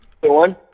one